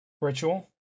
ritual